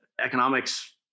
economics